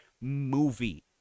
movie